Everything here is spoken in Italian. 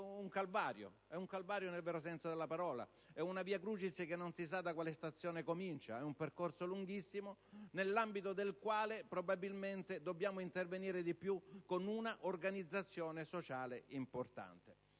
è un calvario nel vero senso della parola. È una *via crucis* che non si sa da quale stazione comincia. È un percorso davvero lungo, nell'ambito del quale probabilmente dobbiamo intervenire maggiormente, con una organizzazione sociale importante.